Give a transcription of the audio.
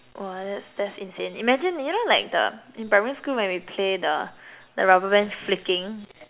!wah! that that's insane imagine you know like the in primary school when we play the the rubber band flicking